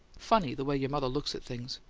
funny the way your mother looks at things!